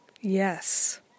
Yes